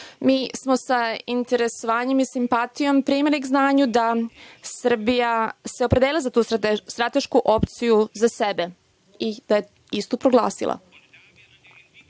to. Mi smo sa interesovanjem i simpatijom primili k znanju da se Srbija opredelila za tu stratešku opciju za sebe i da je istu proglasila.